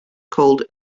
called